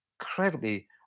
incredibly